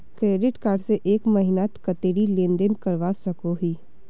Credit card से एक महीनात कतेरी लेन देन करवा सकोहो ही?